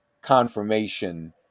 confirmation